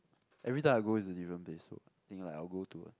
every time I go is a different place so think like I will go to a